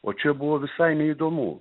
o čia buvo visai neįdomu